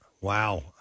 wow